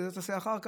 ואת זה תעשה אחר כך,